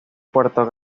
puerto